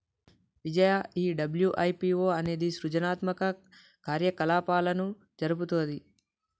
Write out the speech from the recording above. విజయ ఈ డబ్ల్యు.ఐ.పి.ఓ అనేది సృజనాత్మక కార్యకలాపాలను జరుపుతుంది